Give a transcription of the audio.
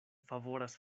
favoras